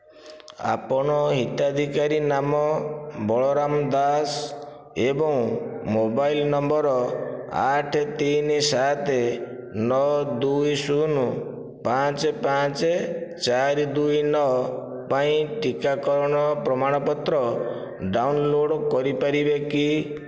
ଆପଣ ହିତାଧିକାରୀ ନାମ ବଳରାମ ଦାସ ଏବଂ ମୋବାଇଲ୍ ନମ୍ବର ଆଠ ତିନି ସାତ ନଅ ଦୁଇ ଶୂନ୍ ପାଞ୍ଚ ପାଞ୍ଚ ଚାରି ଦୁଇ ନଅ ପାଇଁ ଟିକାକରଣର ପ୍ରମାଣପତ୍ର ଡାଉନଲୋଡ଼୍ କରିପାରିବେ କି